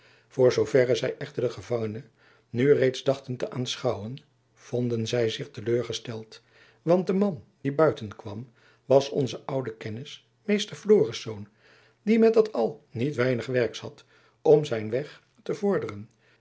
zoo verre zy echter den gevangene nu reeds dachten te aanschouwen vonden zy zich te leur gesteld want de man die buiten kwam was onze oude kennis meester florisz die met dat al niet weinig werks had om zijn weg te vervorderen